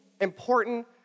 important